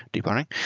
deep learning.